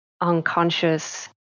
unconscious